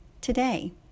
today